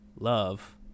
love